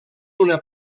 una